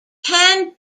can